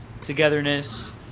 togetherness